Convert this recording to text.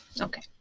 Okay